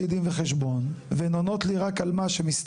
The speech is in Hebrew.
דין וחשבון והן עונות לי רק על מה שמסתדר,